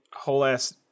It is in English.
Whole-ass